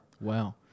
Wow